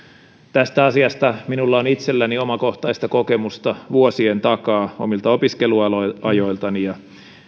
tästä asiasta minulla on itselläni omakohtaista kokemusta vuosien takaa omilta opiskeluajoiltani ja